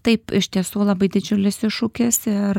taip iš tiesų labai didžiulis iššūkis ir